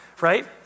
Right